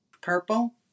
Purple